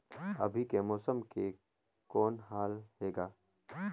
अभी के मौसम के कौन हाल हे ग?